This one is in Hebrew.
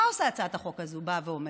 מה הצעת החוק הזאת אומרת?